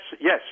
yes